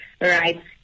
right